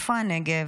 איפה הנגב?